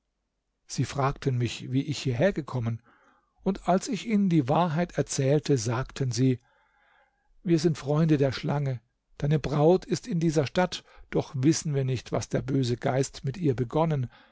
sie fragten mich wie ich hierher gekommen und als ich ihnen die wahrheit erzählte sagten sie wir sind freunde der schlange deine braut ist in dieser stadt doch wissen wir nicht was der böse geist mit ihr begonnen